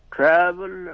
Travel